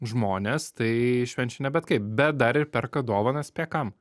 žmonės tai švenčia ne bet kaip bet dar ir perka dovanas spėk kam